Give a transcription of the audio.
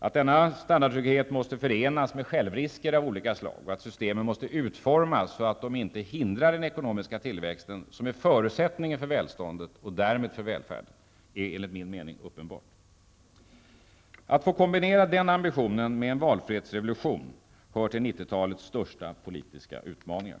Att denna standardtrygghet måste förenas med självrisker av olika slag och att systemen måste utformas så att de inte hindrar den ekonomiska tillväxten, som är förutsättningen för välståndet och därmed för välfärden, är enligt min mening uppenbart. Att få kombinera den ambitionen med en valfrihetsrevolution hör till 1990-talets största politiska utmaningar.